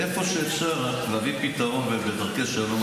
איפה שאפשר להביא פתרון בדרכי שלום,